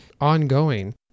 ongoing